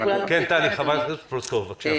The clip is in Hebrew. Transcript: כן, חברת הכנסת פלוסקוב, בבקשה.